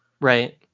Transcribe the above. Right